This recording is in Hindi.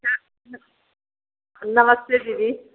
नमस्ते दीदी